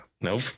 Nope